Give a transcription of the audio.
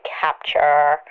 capture